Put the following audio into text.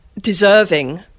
deserving